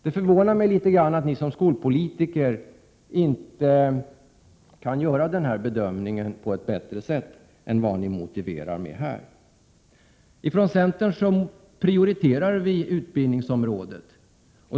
Det förvånar mig att ni som skolpolitiker inte kan göra denna bedömning på ett bättre sätt än vad som framgår av motiveringen i betänkandet. Inom centern prioriterar vi utbildningsområdet.